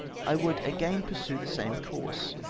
i would again pursue the same course.